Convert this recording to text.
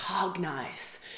cognize